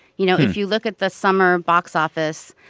you know, if you look at the summer box office,